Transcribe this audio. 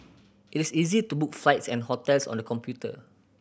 it is easy to book flights and hotels on the computer